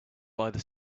rarely